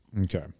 Okay